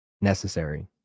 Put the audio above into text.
Necessary